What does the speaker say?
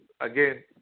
again